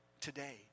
today